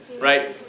Right